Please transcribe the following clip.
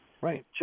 Right